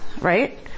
right